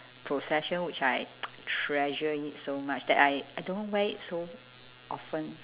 possession which I treasure it so much that I I don't wear it so often